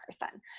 person